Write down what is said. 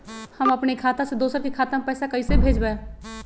हम अपने खाता से दोसर के खाता में पैसा कइसे भेजबै?